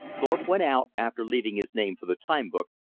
thorpe went out, after leaving his name for the time book,